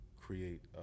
create